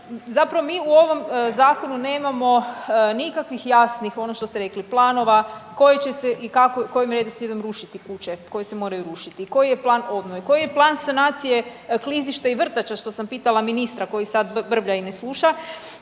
Zapravo mi u ovom Zakonu nemamo nikakvih jasnih, ono što ste rekli, planova, koje će se i kako, kojim redoslijedom rušiti kuće koje se moraju rušiti i koji je plan obnove, koji je plan sanacije klizišta i vrtača što sam pitala ministra koji sad brblja i ne sluša.